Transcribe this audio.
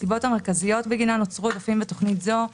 הסיבות המרכזיות בגינן נוצרו עודפים בתוכנית זו: